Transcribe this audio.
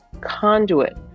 conduit